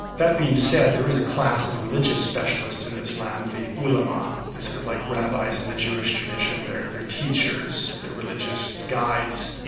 that being said, there is a class of religious specialists in islam, the ulama, they're sort of like rabbis in the jewish tradition, they're they're teachers, they're religious guides.